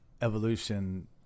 evolution